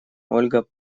ольга